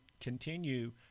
continue